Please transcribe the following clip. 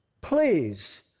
Please